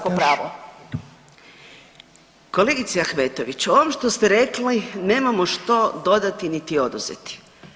Kolegice Ahmetović, o ovom što ste rekli nemamo što dodati niti oduzeti.